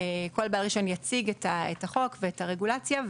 כל בעל רישיון יציג את החוק ואת הרגולציה,